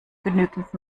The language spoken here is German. genügend